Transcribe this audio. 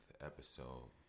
episode